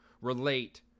relate